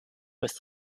with